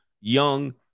young